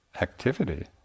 activity